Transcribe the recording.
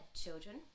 children